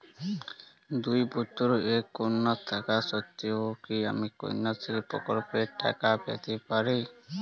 দুই পুত্র এক কন্যা থাকা সত্ত্বেও কি আমি কন্যাশ্রী প্রকল্পে টাকা পেতে পারি?